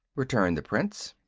returned the prince.